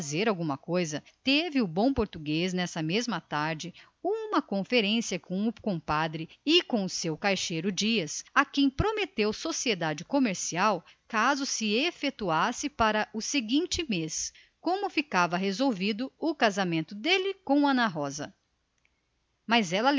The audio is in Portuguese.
fazer alguma coisa teve o bom português nessa mesma tarde uma conferência com o compadre e com o seu caixeiro dias a quem prometeu sociedade comercial na hipótese de que se efetuasse para o seguinte mês como ficava resolvido o casamento dele com ana rosa mas a